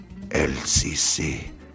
LCC